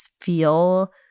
feel